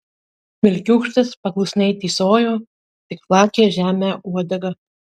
vilkiūkštis paklusniai tysojo tik plakė žemę uodegą